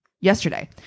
yesterday